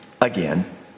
again